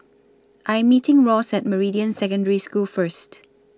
I'm meeting Ross At Meridian Secondary School First